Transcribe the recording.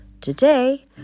Today